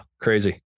crazy